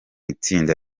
itsinda